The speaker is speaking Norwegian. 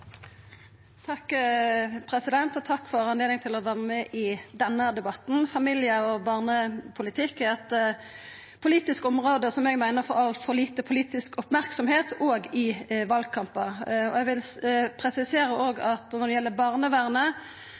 Takk for anledninga til å vera med i denne debatten. Familie- og barnepolitikk er eit politisk område eg meiner får altfor lite politisk merksemd, òg i valkampar. Eg vil presisera òg at når det gjeld barnevernet,